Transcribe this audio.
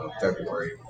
February